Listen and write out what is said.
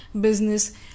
business